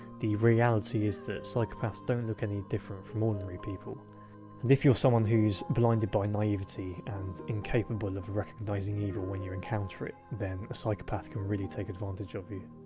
the reality is that psychopaths don't look any different from ordinary people. and if you're someone who's blinded by naivety, and incapable of recognising evil when you encounter it, then a psychopath can really take advantage of you.